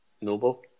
Noble